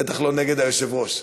בטח לא נגד היושב-ראש.